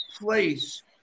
place